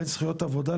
בין זכויות עבודה,